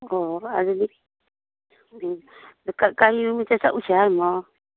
ꯑꯣ ꯑꯗꯨꯗꯤ ꯎꯝ ꯀꯔꯤ ꯅꯨꯃꯤꯠꯇ ꯆꯠꯂꯨꯁꯦ ꯍꯥꯏꯔꯤꯅꯣ